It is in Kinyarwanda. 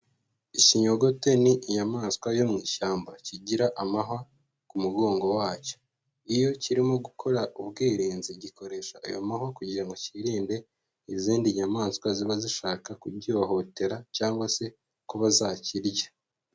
Ikinyogote ni inyamaswa yo mu ishyamba kigira amahwa ku mugongo wacyo, iyo kirimo gukora ubwirinzi gikoresha ayo mahwa kugira ngo kirinde izindi nyamaswa ziba zishaka kugihohotera cyangwa se kuba zakirya.